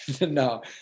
No